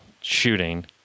shooting